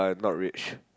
not rich